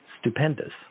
stupendous